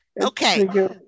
okay